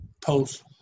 post